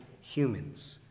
humans